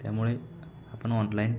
त्यामुळे आपण ऑनलाईन